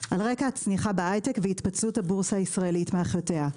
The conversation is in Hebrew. על רקע הצניחה בהייטק והתפצלות הבורסה הישראלית מאחיותיה.